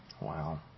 Wow